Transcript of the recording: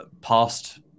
past